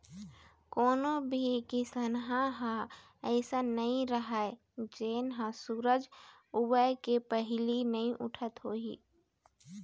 कोनो भी किसनहा ह अइसन नइ राहय जेन ह सूरज उए के पहिली नइ उठत होही